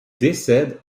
décède